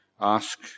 ask